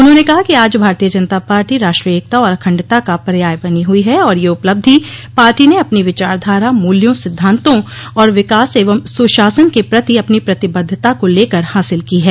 उन्होंने कहा कि आज भारतीय जनता पार्टी राष्ट्रीय एकता और अखंडता का पर्याय बनी हुई है और यह उपलब्धि पार्टी ने अपनी विचार धारा मूल्यों सिद्धांतों और विकास एवं सुशासन के प्रति अपनी प्रतिबद्धता को लेकर हासिल की है